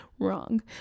Wrong